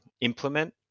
implement